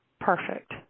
Perfect